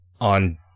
on